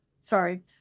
sorry